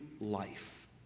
life